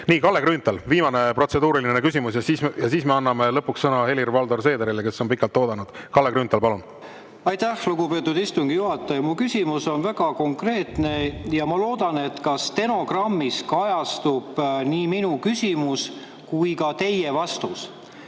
Nii, Kalle Grünthal, viimane protseduuriline küsimus. Ja siis me anname lõpuks sõna Helir-Valdor Seederile, kes on pikalt oodanud. Kalle Grünthal, palun! Aitäh, lugupeetud istungi juhataja! Mu küsimus on väga konkreetne ja ma loodan, et stenogrammis kajastub nii minu küsimus kui ka teie vastus.